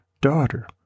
Daughter